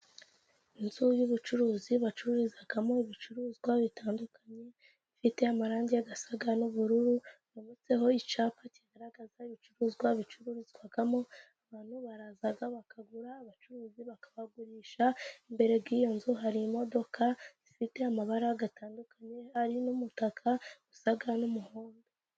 Inzu y'ubucuruzi bacururizamo ibicuruzwa bitandukanye, ifite amarangi asa n'ubururu, yubatseho icyapa kigaragaza ibicuruzwa bicururizwamo abantu baraza bakagura, abacuruzi bakabagurisha. Imbere y'iyo nzu hari imodoka ifite amabara atandukanye hari n'umutaka usa n'umuhondo.